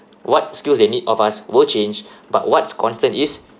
what skills they need of us will change but what's constant is